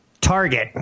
Target